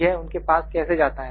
यह उनके पास कैसे जाता है